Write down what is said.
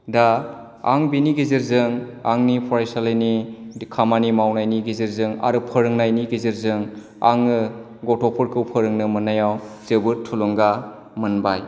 दा आं बेनि गेजेरजों आंनि फरायसालिनि खामानि मावनायनि गेजेरजों आरो फोरोंनायनि गेजेरजों आङो गथ'फोरखौ फोरोंनो मोननायाव जोबोद थुलुंगा मोनबाय